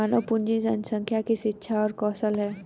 मानव पूंजी जनसंख्या की शिक्षा और कौशल है